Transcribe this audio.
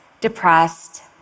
depressed